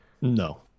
no